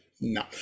no